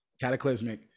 Cataclysmic